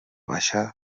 baixa